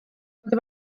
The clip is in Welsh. ond